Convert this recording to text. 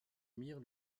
mire